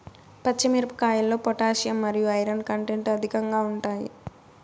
పచ్చి మిరపకాయల్లో పొటాషియం మరియు ఐరన్ కంటెంట్ అధికంగా ఉంటాయి